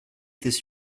this